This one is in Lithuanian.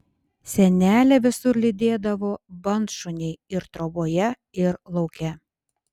senelę visur lydėdavo bandšuniai ir troboje ir lauke